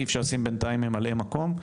אי-אפשר לשים בינתיים ממלאי מקום.